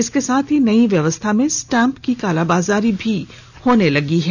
इसके साथ ही नयी व्यवस्था में स्टांप की कालाबजारी भी होने लगी है